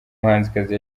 muhanzikazi